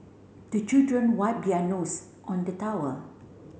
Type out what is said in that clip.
the children wipe their nose on the towel